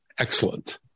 excellent